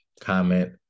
comment